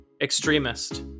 Extremist